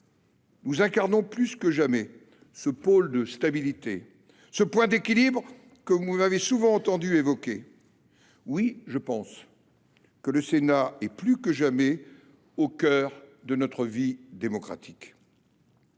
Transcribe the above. Nous incarnons plus que jamais ce pôle de stabilité, ce point d’équilibre que vous m’avez souvent entendu évoquer. Oui, je pense que le Sénat est plus que jamais au cœur de notre vie démocratique.